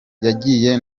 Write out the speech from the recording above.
yagiye